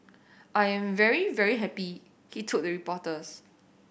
I'm very very happy he told reporters